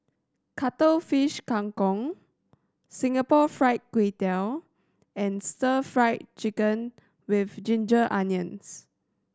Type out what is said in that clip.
Cuttlefish Kang Kong Singapore Fried Kway Tiao and Stir Fried Chicken With Ginger Onions